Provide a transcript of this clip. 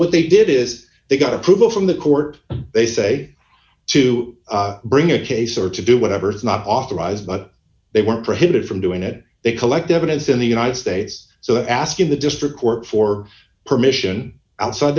what they did is they got approval from the court they say to bring a case or to do whatever is not authorized but they were prohibited from doing it they collect evidence in the united states so asking the district court for permission outside